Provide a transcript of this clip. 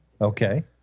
Okay